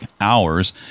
hours